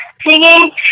singing